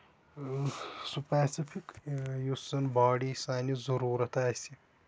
specific یُس زَن body سانہِ ضروٗرتھ آسہِ